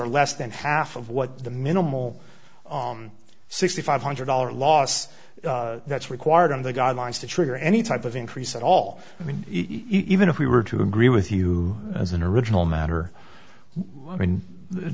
are less than half of what the minimal six thousand five hundred dollars loss that's required on the guidelines to trigger any type of increase at all i mean even if we were to agree with you as an original matter i mean